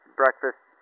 breakfast